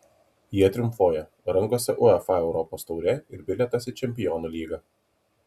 jie triumfuoja rankose uefa europos taurė ir bilietas į čempionų lygą